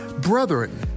Brethren